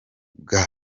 bwe